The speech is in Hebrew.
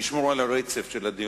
שנשמור על הרצף של הדיון.